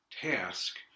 task